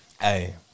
Hey